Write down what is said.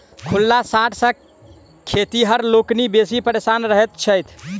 खुल्ला साँढ़ सॅ खेतिहर लोकनि बेसी परेशान रहैत छथि